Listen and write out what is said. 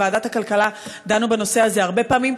בוועדת הכלכלה דנו בנושא הזה הרבה פעמים.